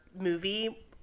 movie